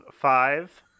five